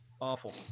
Awful